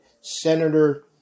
Senator